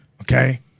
Okay